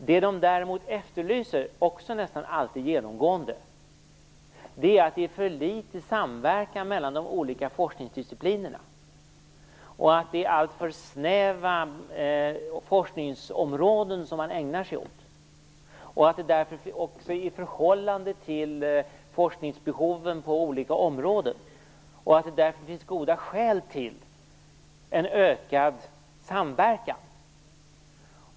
Det de däremot efterlyser, också nästan alltid genomgående, är att det är för litet samverkan mellan de olika forskningsdisciplinerna och att det är alltför snäva forskningsområden man ägnar sig åt i förhållande till forskningsbehoven på olika områden och att det därför finns goda skäl till en ökad samverkan.